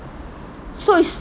so it's